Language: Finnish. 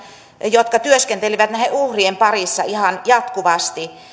jotka työskentelevät näiden uhrien parissa ihan jatkuvasti